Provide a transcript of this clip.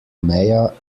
maya